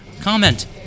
Comment